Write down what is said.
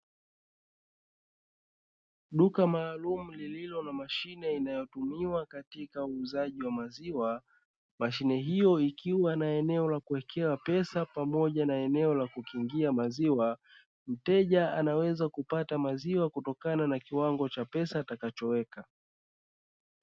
Duka maalumu lililo na mashine inayotumiwa katika uuzaji wa maziwa, mashine hiyo ikiwa na eneo la kuwekea pesa pamoja na eneo la kukiingia maziwa, mteja anaweza kupata maziwa kutokana na kiwango cha pesa atakachoweka.